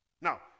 now